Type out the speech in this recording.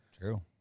True